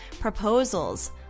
Proposals